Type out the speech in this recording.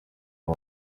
aya